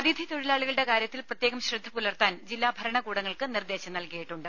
അതിഥി തൊഴിലാളികളുടെ കാര്യത്തിൽ പ്രത്യേകം ശ്രദ്ധപുലർത്താൻ ജില്ലാ ഭരണകൂടങ്ങൾക്ക് നിർദേശം നൽകിയിട്ടുണ്ട്